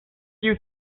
you